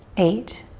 eight,